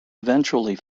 eventually